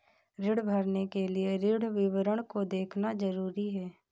ऋण भरने के लिए ऋण विवरण को देखना ज़रूरी है